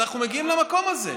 אנחנו מגיעים למקום הזה.